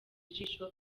ijisho